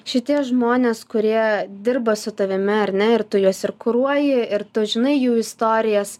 šitie žmonės kurie dirba su tavimi ar ne ir tu juos ir kuruoji ir tu žinai jų istorijas